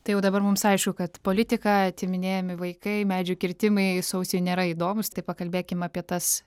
tai jau dabar mums aišku kad politika atiminėjami vaikai medžių kirtimai sausiui nėra įdomūs tai pakalbėkim apie tas